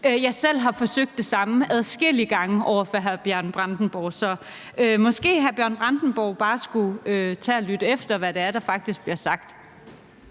har selv forsøgt det samme adskillige gange over for hr. Bjørn Brandenborg, så måske skulle hr. Bjørn Brandenborg bare tage at lytte efter, hvad det er, der faktisk bliver sagt.